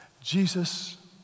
Jesus